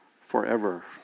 forever